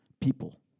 people